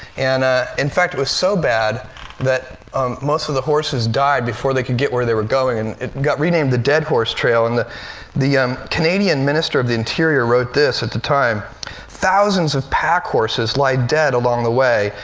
and ah in fact it was so bad that most of the horses died before they could get where they were going. and it got renamed the dead horse trail. and the the canadian minister of the interior wrote this at the time thousands of pack horses lie dead along the way,